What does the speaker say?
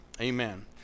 amen